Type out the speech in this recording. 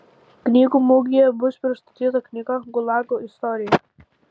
knygų mugėje bus pristatyta knyga gulago istorija